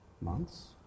months